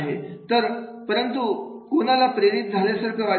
तर परंतु कोणाला प्रेरित झाल्यासारखं वाटेल